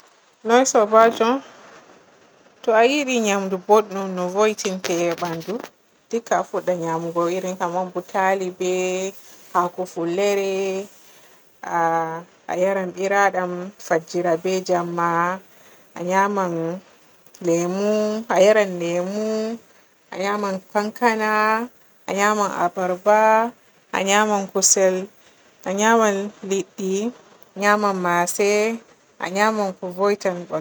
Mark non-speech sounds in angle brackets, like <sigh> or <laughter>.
<noise> Noy soobajo? To a yiɗi nyamdu bodɗum no vo'itinte banndu dikka a fudda nyamugo iri kaman butali be haako fullere, aah-a yaran biradam, fajjira be jemma, a nyaman lemo, a yaran lemo, a nyaman kankana, a nyaman abarba, a nyaman kusel, a nyaman liddi, a nyaman mase, a nyaman ku vo'itanta.